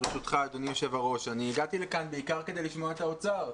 אדוני היושב-ראש הגעתי לכאן בעיקר כדי לשמוע את האוצר.